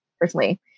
personally